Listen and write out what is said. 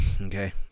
okay